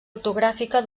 ortogràfica